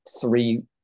three